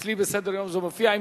אצלי בסדר-היום זה מופיע.